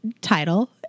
title